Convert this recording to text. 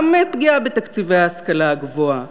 גם פגיעה בתקציבי ההשכלה הגבוהה.